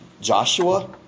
Joshua